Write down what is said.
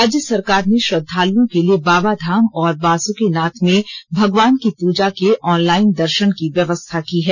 राज्य सरकार ने श्रद्वाल्ओं के लिए बाबाधाम और बासुकीनाथ में भगवान की पूजा के ऑनलाइन दर्शन की व्यवस्था की है